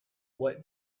what